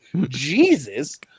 Jesus